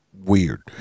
weird